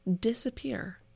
disappear